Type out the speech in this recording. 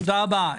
תודה רבה.